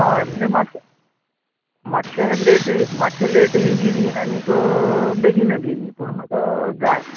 हय म्हणजे मात्शे मात्शे लेटय मात्शें लेटय बी येयल्यार एक बेगीन येतली पूण म्हाका जाय